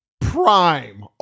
Prime